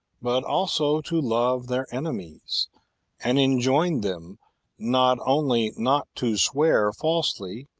but also to love their enemies and enjoined them not only not to swear falsely,